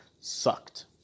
Sucked